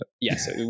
Yes